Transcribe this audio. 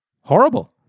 horrible